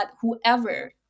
whoever